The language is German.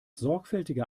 sorgfältiger